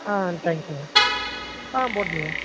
ஆ தேங்க்ஸுங்க ஆ போட்டிருங்க